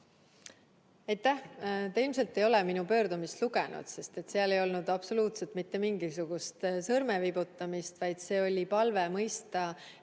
Te ilmselt ei ole minu pöördumist lugenud, sest seal ei olnud absoluutselt mitte mingisugust sõrmeviibutamist, vaid see oli palve mõista